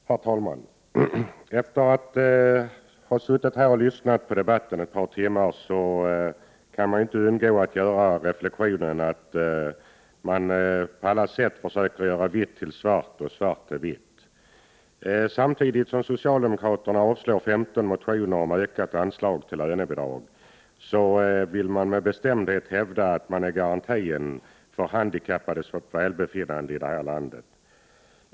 Herr talman! Efter att ha suttit här och lyssnat på debatten ett par timmar kan jag inte undgå att göra reflexionen att man på allt sätt försöker göra vitt till svart och svart till vitt. Samtidigt som socialdemokraterna yrkar avslag på 15 motioner om ökade anslag till lönebidrag vill de med bestämdhet hävda garantin för de handikappades välbefinnande i landet.